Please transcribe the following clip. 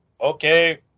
okay